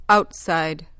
Outside